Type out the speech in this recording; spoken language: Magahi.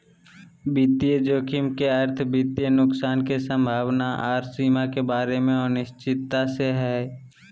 वित्तीय जोखिम के अर्थ वित्तीय नुकसान के संभावना आर सीमा के बारे मे अनिश्चितता से हय